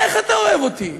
איך אתה אוהב אותי?